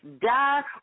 die